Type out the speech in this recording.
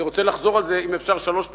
אני רוצה לחזור על זה, אם אפשר, שלוש פעמים.